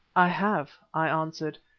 i have, i answered,